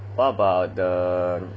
what about the